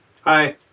Hi